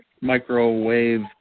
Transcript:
microwave